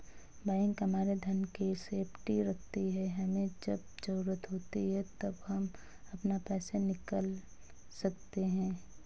bank हमारे धन की सेफ्टी रखती है हमे जब जरूरत होती है तब हम अपना पैसे निकल सकते है